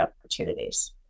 opportunities